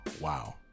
wow